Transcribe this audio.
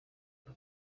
aka